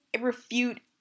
refute